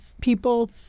people